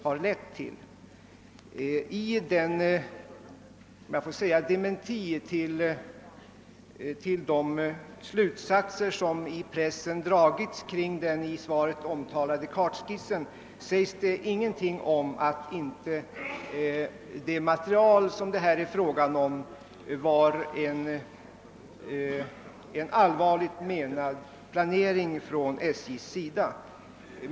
I den — om jag får kalla den så — dementi till de slutsatser som i pressen dragits av den i svaret omtalade kartskissen sägs ingenting om att inte det material som det här är fråga om är en allvarligt menad planering från SJ:s sida.